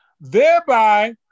thereby